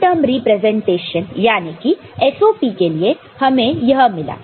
minterm representation जाने की SOP के लिए हमें यह मिला